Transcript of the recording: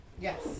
Yes